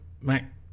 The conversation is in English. Mac